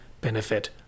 benefit